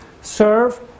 serve